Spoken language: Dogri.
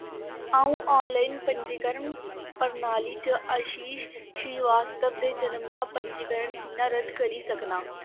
अ'ऊं आनलाइन पंजीकरण प्रणाली च आशीश श्रीवास्तव दे जनम दा पंजीकरण कि'यां रद्द करी सकनां